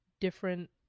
different